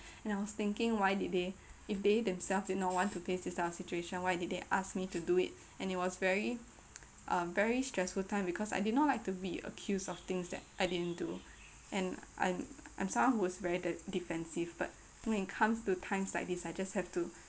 and I was thinking why did they if they themselves did not want to face this type of situation why did they ask me to do it and it was very um very stressful time because I did not like to be accused of things that I didn't do and I'm I'm someone who is very de~ defensive but when it comes to times like this I just have to